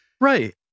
Right